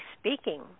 speaking